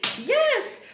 Yes